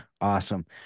awesome